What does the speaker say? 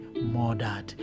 murdered